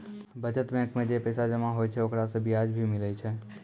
बचत बैंक मे जे पैसा जमा होय छै ओकरा से बियाज भी मिलै छै